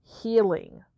healing